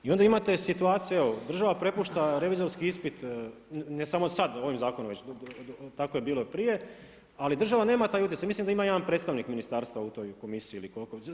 I onda imate situaciju, evo država prepušta revizorski ispit, ne samo sad ovim zakonom već tako je bilo i prije, ali država nema taj utjecaj, mislim da ima jedan predstavnik ministarstva u toj komisiji ili koliko već.